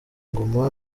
goma